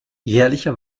jährliche